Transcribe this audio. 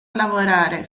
lavorare